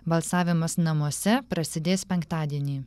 balsavimas namuose prasidės penktadienį